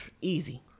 easy